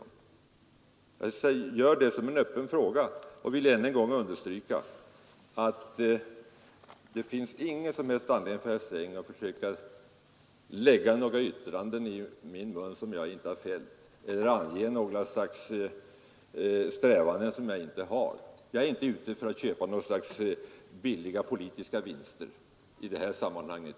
Jag vill framföra detta som en öppen frågeställning. Jag vill än en gång understryka att det inte finns någon som helst anledning för herr Sträng att försöka lägga yttranden i min mun som jag inte fällt eller att ange strävanden som jag inte har. Jag är inte ute för att köpa några slags billiga politiska vinster i detta sammanhang.